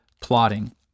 plotting